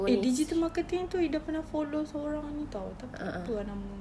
eh digital marketing itu ida pernah follow seorang ini tahu tapi lupa ah nama